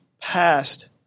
past